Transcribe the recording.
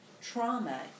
Trauma